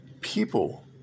people